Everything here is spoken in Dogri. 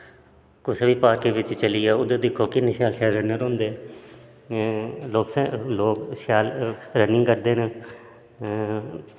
कुसै बी पार्क बिच्च चली जाओ उद्धर दिक्खो किन्नी शैल शैल रनर होंदे लोक लोक शैल रनिंग करदे न